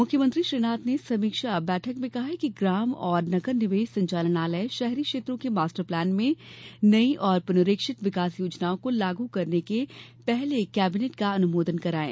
मुख्यमंत्री श्री नाथ ने समीक्षा बैठक में कहा कि ग्राम तथा नगर निवेश संचालनालय शहरी क्षेत्रों को मास्टर प्लान में नयी और पुनरीक्षित विकास योजनाओं को लागू करने के पहले केबिनेट का अनुमोदन करवाये